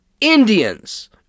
Indians